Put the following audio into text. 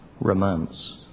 romance